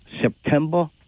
September